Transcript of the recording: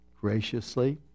graciously